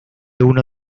uno